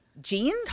Jeans